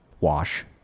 Wash